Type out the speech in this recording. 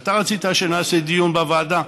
ואתה רצית שנעשה דיון בוועדה.